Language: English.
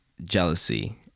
Jealousy